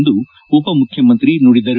ಎಂದು ಉಪ ಮುಖ್ಯಮಂತ್ರಿ ನುಡಿದರು